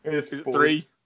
three